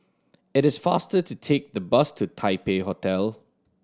it is faster to take the bus to Taipei Hotel